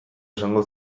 esango